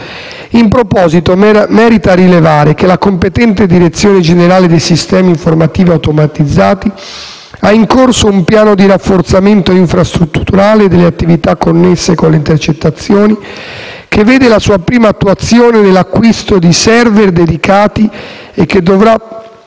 In proposito, merita rilevare che la competente direzione generale dei sistemi informativi automatizzati ha in corso un piano di rafforzamento infrastrutturale delle attività connesse con le intercettazioni che vede la sua prima attuazione nell'acquisto di *server* dedicati e che dovrà